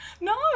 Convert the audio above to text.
no